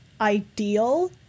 ideal